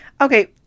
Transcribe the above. Okay